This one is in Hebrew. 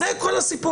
זה כל הסיפור.